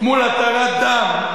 מול התרת דם,